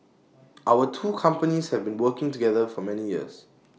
our two companies have been working together for many years